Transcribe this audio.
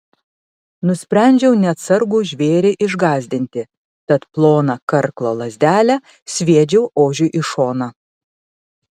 nusprendžiau neatsargų žvėrį išgąsdinti tad ploną karklo lazdelę sviedžiau ožiui į šoną